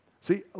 See